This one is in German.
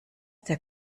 der